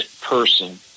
person